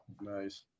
Nice